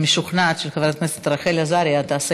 אני משוכנעת שחברת הכנסת רחל עזריה תעשה